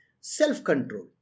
Self-control